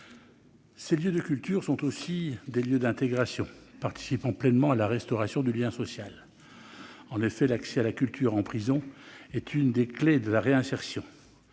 Ces lieux de culture sont aussi des lieux d'intégration, participant pleinement à la restauration du lien social. En effet, l'accès à la culture en prison est l'une des clés de la réinsertion,